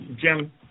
Jim